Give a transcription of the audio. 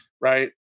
right